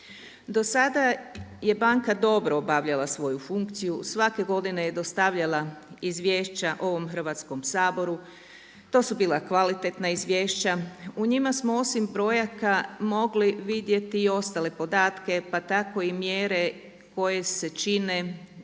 Do sada je banka dobro obavljala svoju funkciju, svake godine je dostavljala izvješća ovom Hrvatskom saboru to su bila kvalitetna izvješća. U njima smo osim brojaka mogli vidjeti i ostale podatke, pa tako i mjere koje se čine i